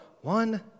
one